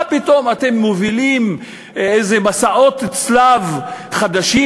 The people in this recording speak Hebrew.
מה פתאום אתם מובילים איזה מסעות צלב חדשים?